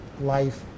life